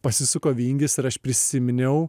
pasisuko vingis ir aš prisiminiau